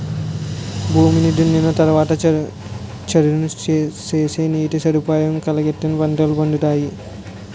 భూమిని దున్నిన తరవాత చదును సేసి నీటి సదుపాయం కలిగిత్తేనే పంటలు పండతాయి